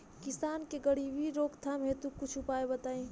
किसान के गरीबी रोकथाम हेतु कुछ उपाय बताई?